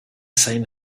same